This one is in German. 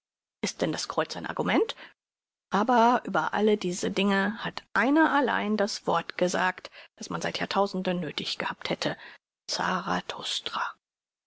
ist denn das kreuz ein argument aber über alle diese dinge hat einer allein das wort gesagt das man seit jahrtausenden nöthig gehabt hätte zarathustra